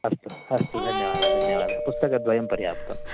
अस्तु अस्तु धन्यवादः धन्यवादः पुस्तकद्वयं पर्याप्तम्